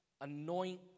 anoint